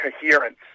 coherence